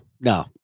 no